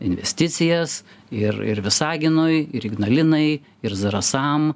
investicijas ir ir visaginui ir ignalinai ir zarasam